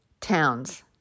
towns